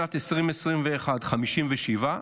בשנת 2021, 57,